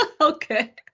Okay